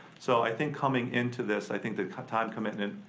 so i think coming into this, i think the time commitment,